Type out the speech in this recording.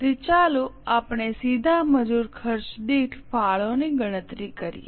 તેથી ચાલો આપણે સીધા મજૂર ખર્ચ દીઠ ફાળોની ગણતરી કરીએ